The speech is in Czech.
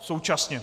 Současně.